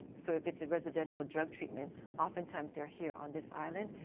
so if it's ah residential drug treatment, often times here here on this island.